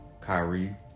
Kyrie